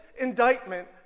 indictment